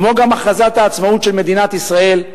כמו גם הכרזת העצמאות של מדינת ישראל,